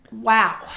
Wow